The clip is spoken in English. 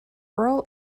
rural